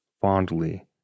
fondly